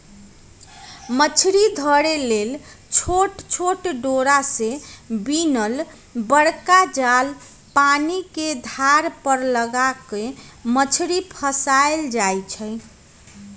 मछरी धरे लेल छोट छोट डोरा से बिनल बरका जाल पानिके धार पर लगा कऽ मछरी फसायल जाइ छै